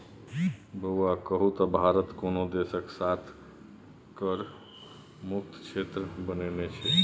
बौआ कहु त भारत कोन देशक साथ कर मुक्त क्षेत्र बनेने छै?